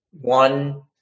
one